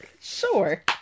Sure